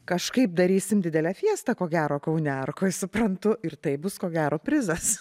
kažkaip darysim didelę fiestą ko gero kaune arkoje suprantu ir taip bus ko gero prizas